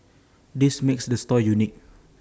this makes the store unique